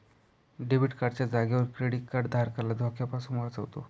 debit card च्या जागेवर credit card धारकाला धोक्यापासून वाचवतो